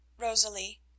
Rosalie